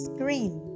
green